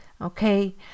Okay